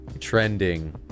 Trending